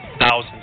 thousands